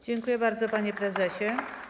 Dziękuję bardzo, panie prezesie.